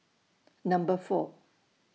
Number four